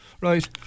right